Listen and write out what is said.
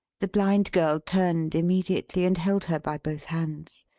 the blind girl turned immediately, and held her by both hands.